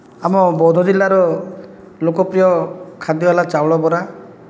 ଆମ ବଉଦ ଜିଲ୍ଲାର ଲୋକପ୍ରିୟ ଖାଦ୍ୟ ହେଲା ଚାଉଳ ବରା